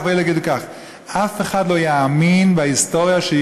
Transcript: אלה יגידו כך ואלה יגידו כך.